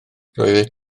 roeddet